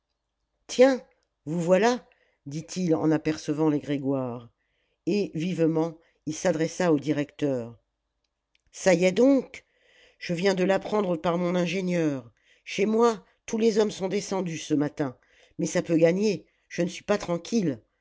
tiens vous voilà dit-il en apercevant les grégoire et vivement il s'adressa au directeur ça y est donc je viens de l'apprendre par mon ingénieur chez moi tous les hommes sont descendus ce matin mais ça peut gagner je ne suis pas tranquille